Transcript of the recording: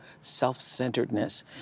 self-centeredness